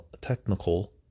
technical